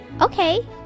Okay